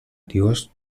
dios